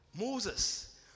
moses